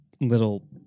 little